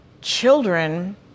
children